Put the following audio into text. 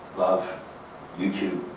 love youtube,